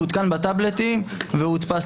הוא עודכן בטבלטים והודפס.